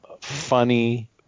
funny